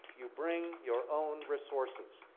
you bring your own resources.